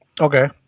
Okay